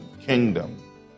kingdom